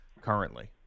currently